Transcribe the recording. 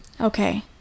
okay